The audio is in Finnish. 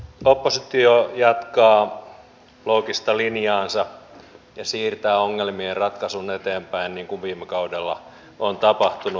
oppositio jatkaa loogista linjaansa ja siirtää ongelmien ratkaisun eteenpäin niin kuin viime kaudella on tapahtunut